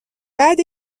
بعد